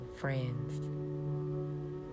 friends